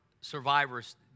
survivors